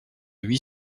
huit